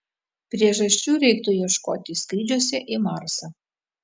priežasčių reiktų ieškoti skrydžiuose į marsą